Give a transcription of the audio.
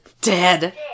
Dead